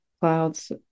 clouds